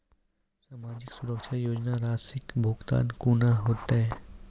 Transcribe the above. समाजिक सुरक्षा योजना राशिक भुगतान कूना हेतै?